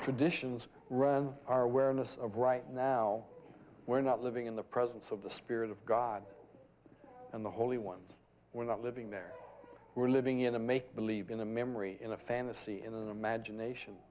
traditions run our awareness of right now we're not living in the presence of the spirit of god and the holy ones we're not living there we're living in a make believe in the memory in a fantasy in the imagination